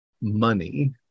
money